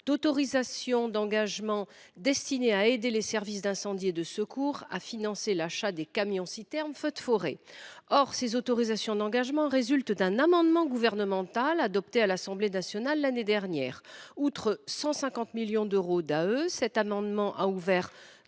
d’autorisations d’engagement destinée à aider les services d’incendie et de secours à financer l’achat de camions citernes feux de forêt. Or ces autorisations d’engagement résultent d’un amendement gouvernemental adopté à l’Assemblée nationale l’année dernière. Outre 150 millions d’euros en autorisations